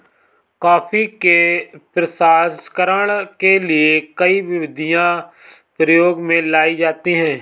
coffee के प्रसंस्करण के लिए कई विधियां प्रयोग में लाई जाती हैं